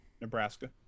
Nebraska